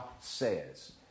says